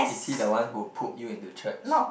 is he the one who put you into church